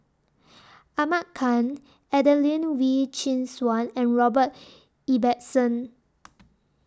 Ahmad Khan Adelene Wee Chin Suan and Robert Ibbetson